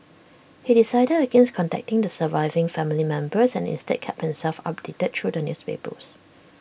he decided against contacting the surviving family members and instead kept himself updated through the newspapers